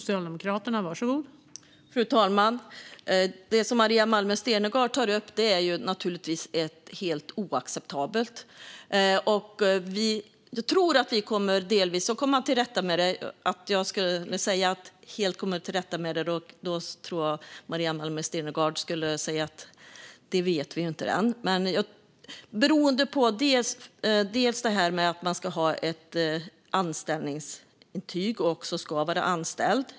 Fru talman! Det som Maria Malmer Stenergard tar upp är naturligtvis helt oacceptabelt. Vi tror att vi delvis kommer att komma till rätta med det här. Om jag sa att vi helt kommer till rätta med det skulle Maria Malmer Stenergard nog säga att vi inte vet något om det än. En del i detta är att man ska ha ett anställningsintyg och vara anställd.